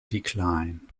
decline